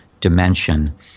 dimension